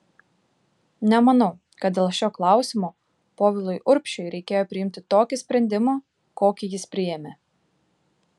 nemanau kad dėl šio klausimo povilui urbšiui reikėjo priimti tokį sprendimą kokį jis priėmė